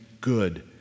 good